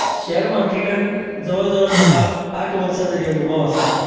share मार्केटांत जवळ जवळ म्हाका आठ वर्सां जाली अणभव आसा